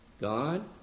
God